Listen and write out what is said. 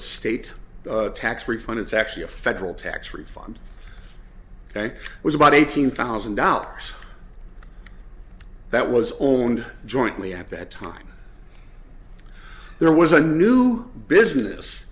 a state tax refund it's actually a federal tax refund ok was about eighteen thousand dollars that was owned jointly at that time there was a new business